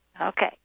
Okay